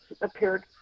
appeared